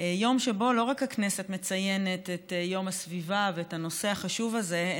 יום שבו לא רק הכנסת מציינת את יום הסביבה ואת הנושא החשוב הזה,